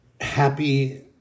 happy